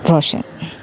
Roshan